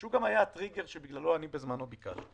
שהוא גם היה הטריגר שבגללו אני בזמנו ביקשתי.